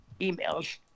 emails